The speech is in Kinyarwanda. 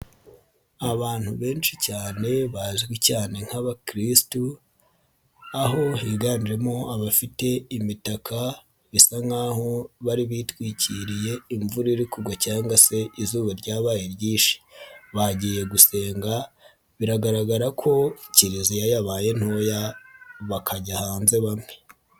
Abantu benshi cyane bazwi cyane nk'abakirisitu, aho higanjemo abafite imitaka bisa nkaho bari bitwikiriye imvura iri kugwa cyangwa se izuba ryabaye ryinshi, bagiye gusenga biragaragara ko Kiliziya yabaye ntoya bakajya hanze bamwe.